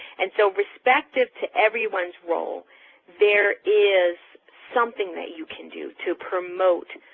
and so respective to everyone's role there is something that you can do to promote